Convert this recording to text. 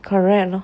correct or not